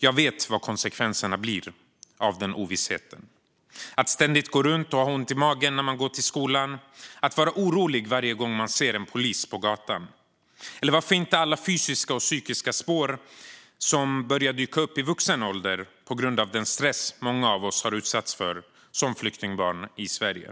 Jag vet vad konsekvenserna blir av den ovissheten: att ständigt gå runt och ha ont i magen när man går till skolan och att vara orolig varje gång man ser en polis på gatan. Eller varför inte alla fysiska och psykiska spår som börjar dyka upp i vuxen ålder på grund av den stress många av oss utsattes för som flyktingbarn i Sverige?